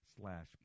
slash